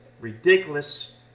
ridiculous